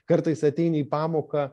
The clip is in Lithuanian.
kartais ateini į pamoką